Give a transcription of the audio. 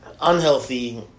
Unhealthy